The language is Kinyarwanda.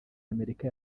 y’amerika